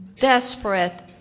desperate